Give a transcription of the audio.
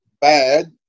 bad